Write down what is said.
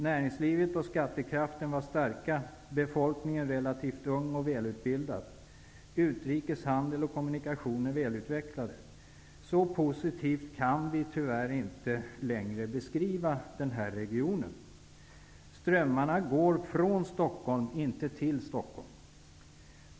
Näringslivet och skattekraften var starka, befolkningen relativt ung och välutbildad, utrikes handel och kommunikationer välutvecklade. Så positivt kan vi tyvärr inte längre beskriva den här regionen. Strömmarna går från Stockholm, inte till Stockholm.